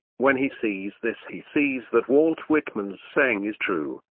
when he sees this he sees that walt whitman's saying is true,